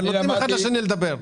אבל נותנים אחד לשני לדבר.